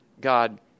God